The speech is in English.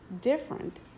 different